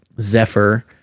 Zephyr